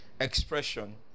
expression